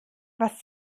was